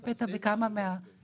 אז תעשי משהו, את